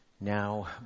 Now